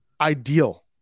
ideal